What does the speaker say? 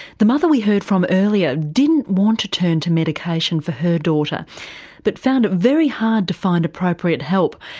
the mother we heard from earlier didn't want to turn to medication for her daughter but found it very hard to find appropriate help.